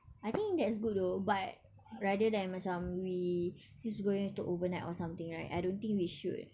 I think that's good though but rather than macam we since we going to overnight or something right I don't think we should